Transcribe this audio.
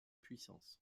puissance